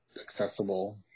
accessible